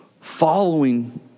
Following